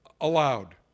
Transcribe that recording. allowed